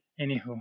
Anywho